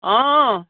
অঁ